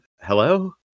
Hello